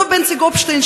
אותו בנצי גופשטיין,